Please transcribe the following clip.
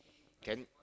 can